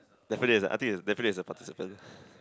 definitely I think it's better than the participant